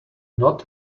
not